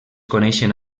coneixen